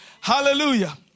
Hallelujah